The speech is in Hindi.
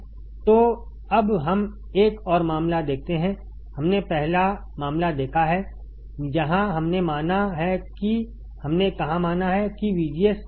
तो अब हम एक और मामला देखते हैं हमने पहला मामला देखा है जहां हमने माना है कि हमने कहां माना है कि VGS VT